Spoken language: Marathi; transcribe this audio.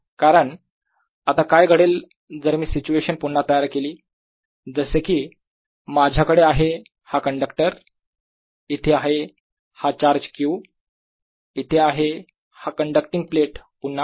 कारण आता काय घडेल जर मी सिच्युएशन पुन्हा तयार केली जसे की माझ्याकडे आहे हा कंडक्टर इथे आहे हा चार्ज Q इथे आहे हा कण्डक्टींग प्लेट पुन्हा